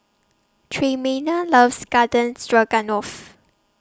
Tremayne loves Garden Stroganoff